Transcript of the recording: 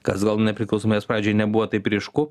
kas gal nepriklausomybės pradžioj nebuvo taip ryšku